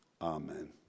Amen